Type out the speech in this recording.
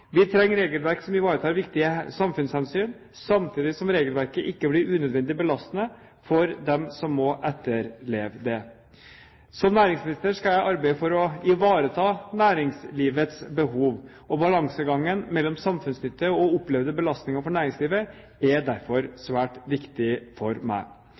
Vi trenger regelverk som ivaretar viktige samfunnshensyn, samtidig som regelverket ikke blir unødvendig belastende for dem som må etterleve det. Som næringsminister skal jeg arbeide for å ivareta næringslivets behov. Balansegangen mellom samfunnsnyttige og opplevde belastninger for næringslivet er derfor svært viktig for meg.